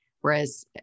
Whereas